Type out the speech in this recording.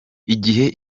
igihe